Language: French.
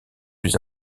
plus